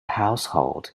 household